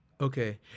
okay